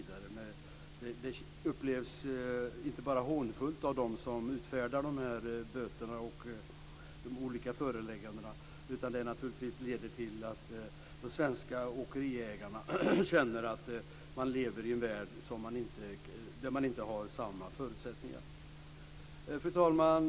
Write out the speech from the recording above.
Det upplevs inte bara som hånfullt av dem som utfärdar böterna och föreläggandena, utan det leder till att de svenska åkeriägarna känner att de lever i en värld där inte samma förutsättningar råder. Fru talman!